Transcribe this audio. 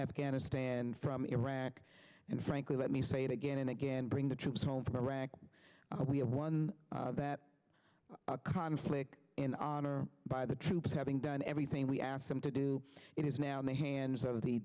afghanistan from iraq and frankly let me say it again and again bring the troops home from iraq we have won that conflict in honor by the troops having done everything we asked them to do it is now in the hands of the